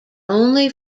only